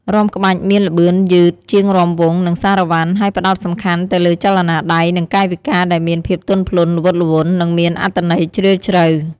រាំក្បាច់មានល្បឿនយឺតជាងរាំវង់ និងសារ៉ាវ៉ាន់ ហើយផ្តោតសំខាន់ទៅលើចលនាដៃ និងកាយវិការដែលមានភាពទន់ភ្លន់ ល្វត់ល្វន់ និងមានអត្ថន័យជ្រាលជ្រៅ។